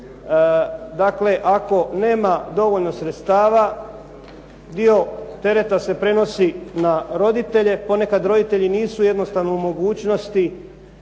dakle ako nema dovoljno sredstava dio tereta se prenosi na roditelje. Ponekad roditelji nisu jednostavno u mogućnosti